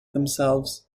themselves